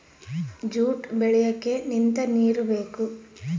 jute ಬೆಳಿಯಕ್ಕೆ ನಿಂತ ನೀರು ಬೇಕು